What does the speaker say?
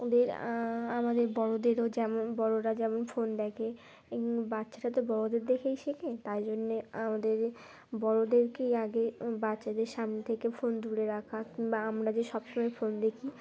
ওদের আমাদের বড়োদেরও যেমন বড়োরা যেমন ফোন দেখে বাচ্চারা তো বড়দের দেখেই শেখে তাই জন্যে আমাদের বড়দেরকেই আগে বাচ্চাদের সামনে থেকে ফোন দূরে রাখা কিংবা আমরা যে সবসময় ফোন দেখি